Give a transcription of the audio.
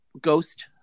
ghost